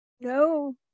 no